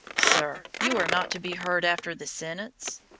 sir, you are not to be heard after the sentence.